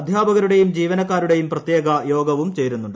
അധ്യാപകരുടെയും ജീവനക്കാരുടെയും പ്രത്യേക യോഗവും ചേരുന്നുണ്ട്